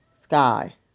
sky